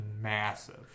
massive